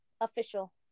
Official